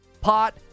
Pot